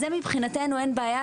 אז זה מבחינתנו אין בעיה,